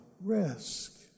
risk